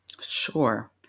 Sure